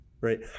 right